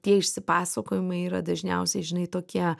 tie išsipasakojimai yra dažniausiai žinai tokie